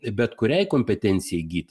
bet kuriai kompetencijai įgyti